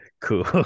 Cool